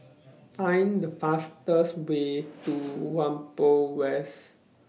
Find The fastest Way to Whampoa West